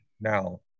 now